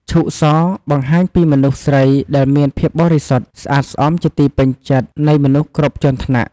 ឈូកស បង្ហាញពីមនុស្សស្រីដែលមានភាពបរិសុទ្ធ ស្អាតស្អំជាទីពេញចិត្តនៃមនុស្សគ្រប់ជាន់ថ្នាក់។